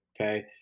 okay